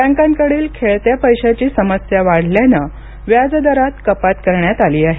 बँकांकडील खेळत्या पैशाची समस्या वाढल्याने व्याज दरात कपात करण्यात आली आहे